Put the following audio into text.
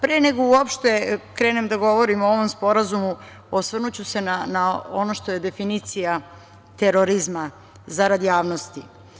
Pre nego uopšte krenem da govorim o ovom Sporazumu, osvrnuću se na ono što je definicija terorizma, zarad javnosti.